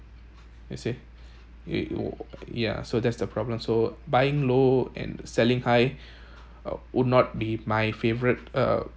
you see it w~ ya so that's the problem so buying low and selling high would not be my favourite uh